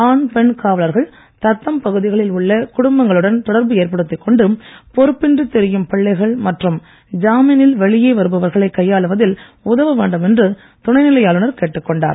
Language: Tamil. ஆண் பெண் காவலர்கள் தத்தம் பகுதிகளில் உள்ள குடும்பங்களுடன் தொடர்பு ஏற்படுத்தி கொண்டு பொறுப்பின்றி திரியும் பிள்ளைகள் மற்றும் ஜாமீனில் வெளியே வருபவர்களை கையாளுவதில் உதவ வேண்டும் என்று துணைநிலைஆளுநர் கேட்டுக் கொண்டார்